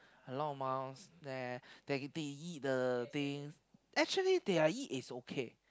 a lot mouse there they they eat the thing actually they are eat is okay